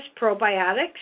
probiotics